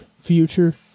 future